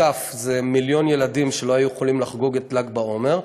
ל"ג בעומר,